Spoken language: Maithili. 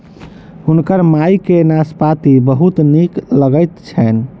हुनकर माई के नाशपाती बहुत नीक लगैत छैन